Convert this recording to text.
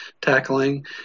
tackling